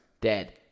Dead